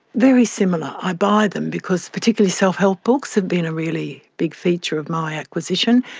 very similar, i buy them because, particularly self-help books have been a really big feature of my acquisition,